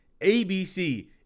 ABC